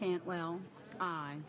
can't well